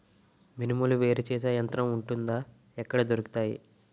మినుములు వేరు చేసే యంత్రం వుంటుందా? ఎక్కడ దొరుకుతాయి?